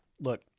Look